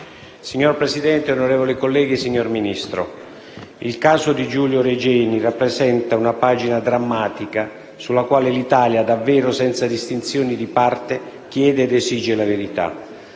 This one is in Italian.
Signor Presidente, onorevoli colleghi, signor Ministro, il caso di Giulio Regeni rappresenta una pagina drammatica sulla quale l'Italia, davvero senza distinzioni di parte, chiede ed esige la verità.